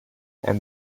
and